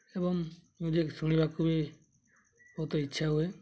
ଏବଂ ମ୍ୟୁଜିକ୍ ଶୁଣିବାକୁ ବି ବହୁତ ଇଚ୍ଛା ହୁଏ